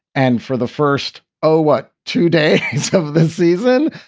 and for the first oh, what to day so this season,